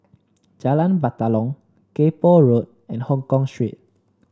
Jalan Batalong Kay Poh Road and Hongkong Street